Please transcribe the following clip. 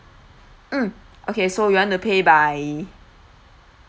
mm so you wanna pay by